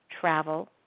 travel